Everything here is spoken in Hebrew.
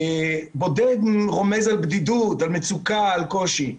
בודד רומז על בדידות, על מצוקה, על קושי.